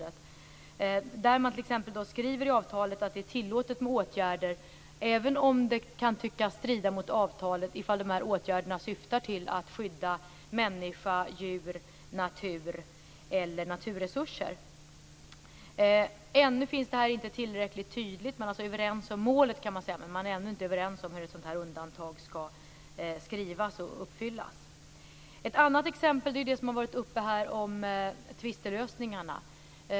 Man skall t.ex. inskriva i avtalet att det är tillåtet med åtgärder, även om det kan tyckas strida mot avtalet om åtgärderna syftar till att skydda människa, djur, natur eller naturresurser. Ännu finns inte detta med tillräckligt tydligt. Man är överens om målet, men man är ännu inte överens om hur ett undantag skall formuleras och uppfyllas. Ett annat exempel gäller tvistelösningarna.